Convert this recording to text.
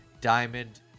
Diamond